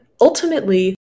ultimately